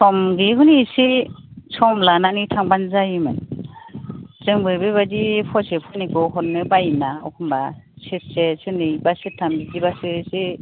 सम दिहुनना एसे सम लानानै थांबानो जायोमोन जोंबो बेबादि फवासे फवानैखौ हरनो बायोना एखमबा सेरसे सेरनै बा सेरथाम बिदिबासो एसे